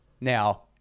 Now